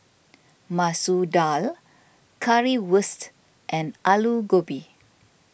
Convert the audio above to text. Masoor Dal Currywurst and Alu Gobi